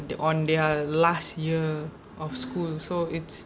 on their last year of school